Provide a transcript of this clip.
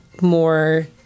more